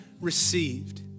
received